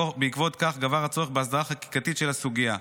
בעקבות כך גבר הצורך בהסדרה חקיקתית של הסוגיה.